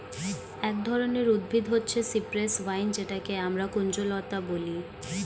এক ধরনের উদ্ভিদ হচ্ছে সিপ্রেস ভাইন যেটাকে আমরা কুঞ্জলতা বলি